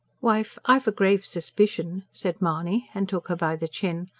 wife, i've a grave suspicion! said mahony, and took her by the chin.